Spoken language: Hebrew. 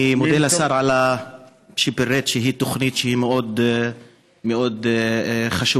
אני מודה לשר שפירט, היא תוכנית מאוד מאוד חשובה,